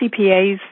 CPAs